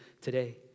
today